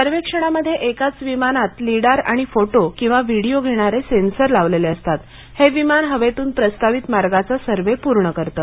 सर्वेक्षणामध्ये एकाच विमानात लीडार आणि फोटो किंवा व्हिडिओ घेणारे सेंसर लावलेले असतात हे विमान हवेतून प्रस्तावित मार्गाचा सर्वे पूर्ण करतं